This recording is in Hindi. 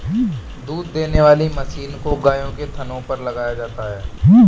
दूध देने वाली मशीन को गायों के थनों पर लगाया जाता है